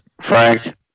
Frank